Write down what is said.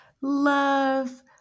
love